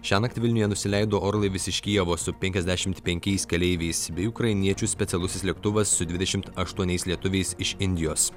šiąnakt vilniuje nusileido orlaivis iš kijevo su penkiasdešimt penkiais keleiviais bei ukrainiečių specialusis lėktuvas su dvidešimt aštuoniais lietuviais iš indijos